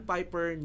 Piper